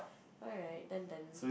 alright done done